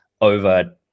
over